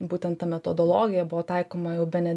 būtent ta metodologija buvo taikoma jau bene